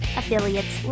affiliates